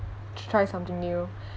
try something new